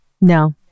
No